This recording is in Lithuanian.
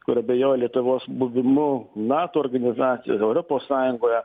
kur abejoja lietuvos buvimu nato organizacijoj ir europos sąjungoje